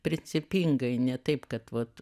principingai ne taip kad vot